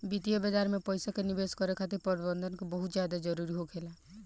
वित्तीय बाजार में पइसा के निवेश करे खातिर प्रबंधन के बहुत ज्यादा जरूरी होखेला